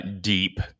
deep